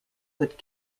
that